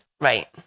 right